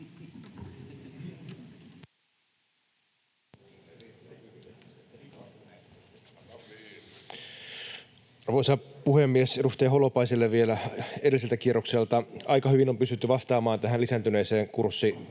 Arvoisa puhemies! Edustaja Holopaiselle vielä edelliseltä kierrokselta: Aika hyvin on pystytty vastaamaan tähän lisääntyneeseen kurssikysyntään.